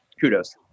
kudos